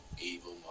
evil